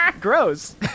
Gross